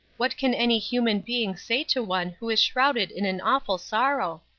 what can any human being say to one who is shrouded in an awful sorrow?